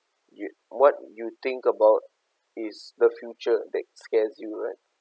you what you think about is the future that scares you right